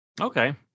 Okay